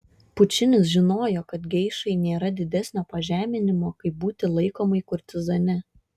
pučinis žinojo kad geišai nėra didesnio pažeminimo kaip būti laikomai kurtizane